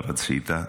אבל רצית.